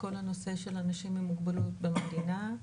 כל הנושא של אנשים עם מוגבלות במדינה.